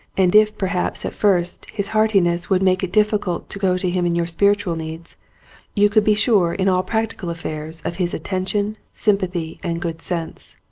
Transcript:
and if perhaps at first his heartiness would make it difficult to go to him in your spiritual needs you could be sure in all practical affairs of his attention, sym pathy, and good sense.